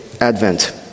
advent